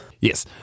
Yes